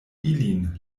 ilin